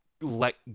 let